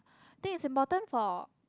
think is important for